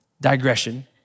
digression